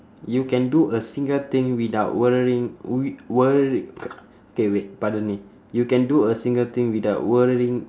you can do a single thing without worrying w~ wor~ okay wait pardon me you can do a single thing without worrying